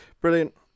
brilliant